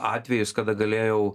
atvejus kada galėjau